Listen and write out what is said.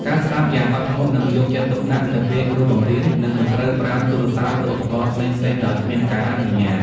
ការស្ដាប់យ៉ាងអត់ធ្មត់ និងយកចិត្តទុកដាក់នៅពេលគ្រូបង្រៀន និងមិនត្រូវប្រើទូរស័ព្ទឬឧបករណ៍ផ្សេងៗដោយគ្មានការអនុញ្ញាត។